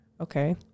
Okay